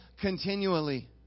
continually